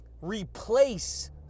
replace